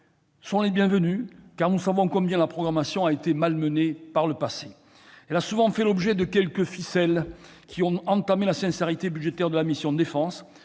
est le bienvenu, car nous savons combien la programmation a été malmenée par le passé. Elle a souvent fait l'objet de quelques « ficelles », qui ont entamé la sincérité budgétaire de la mission « Défense